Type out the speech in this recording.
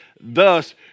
thus